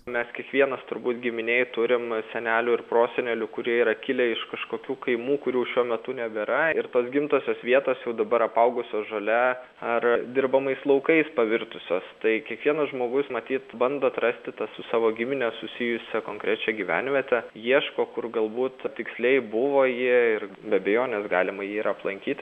mes kiekvienas turbūt giminėj turim senelių ir prosenelių kurie yra kilę iš kažkokių kaimų kurių šiuo metu nebėra ir tos gimtosios vietos jau dabar apaugusios žole ar dirbamais laukais pavirtusios tai kiekvienas žmogus matyt bando atrasti tą su savo gimine susijusią konkrečią gyvenvietę ieško kur galbūt tiksliai buvo ji ir be abejonės galima jį ir aplankyti